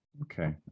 Okay